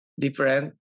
different